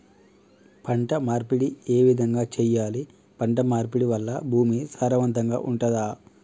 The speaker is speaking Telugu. పంట మార్పిడి ఏ విధంగా చెయ్యాలి? పంట మార్పిడి వల్ల భూమి సారవంతంగా ఉంటదా?